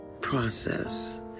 process